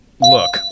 Look